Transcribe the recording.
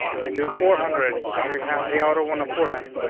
we can do four hundred. now we have the outer one of four hundred.